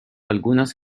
algunas